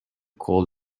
call